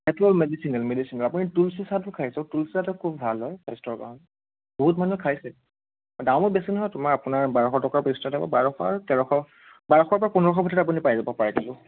সেইটো মেডিচিনেল মেডিচিনৰ আপুনি তুলসী চাহটো খাই চাওক তুলসী চাহটো খুব ভাল হয় স্বাস্থ্যৰ কাৰণে বহুত মানুহে খাইছে দামো বেছি নহয় তোমাৰ আপোনাৰ বাৰশ টকাৰ পৰা ষ্টাৰ্ট হ'ব বাৰশ আৰু তেৰশ বাৰশৰ পৰা পোন্ধৰশৰ ভিতৰত আপুনি পাই যাব পাৰ কিলো